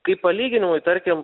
kaip palyginimui tarkim